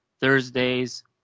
Thursdays